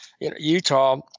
Utah